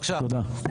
תודה, עודד.